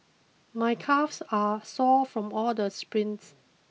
my calves are sore from all the sprints